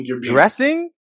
Dressing